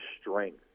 strength